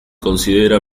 considera